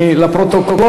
לפרוטוקול,